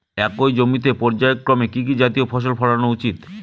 একই জমিতে পর্যায়ক্রমে কি কি জাতীয় ফসল ফলানো উচিৎ?